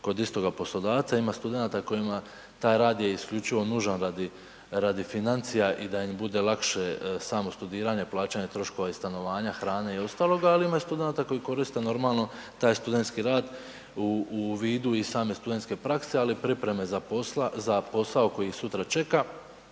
kod istoga poslodavca, ima studenata kojima taj rad je isključivo nužan radi financija i da im bude lakše samo studiranje, plaćanje troškova i stanovanja, hrane i ostaloga, ali ima i studenata koji koriste normalno taj studentski rad u vidu i same studentske prakse ali i pripreme za posao koji ih sutra čeka